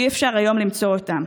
ואי-אפשר היום למצוא אותם.